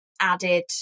added